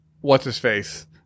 what's-his-face